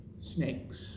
Snakes